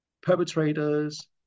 perpetrators